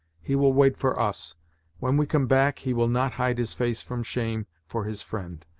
he will wait for us when we come back, he will not hide his face from shame for his friend.